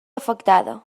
afectada